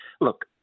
look